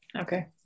Okay